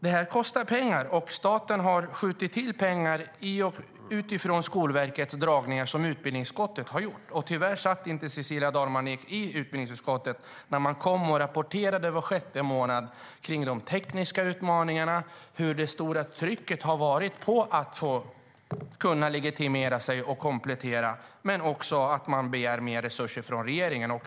Det här kostar pengar, och staten har skjutit till pengar utifrån Skolverkets dragningar i utbildningsutskottet. Tyvärr satt inte Cecilia Dalman Eek i utbildningsutskottet när vi fick rapportering var sjätte månad om de tekniska utmaningarna och om det stora trycket på att få komplettera och legitimera sig, och man begärde mer resurser från regeringen.